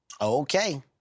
Okay